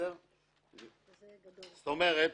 זאת אומרת,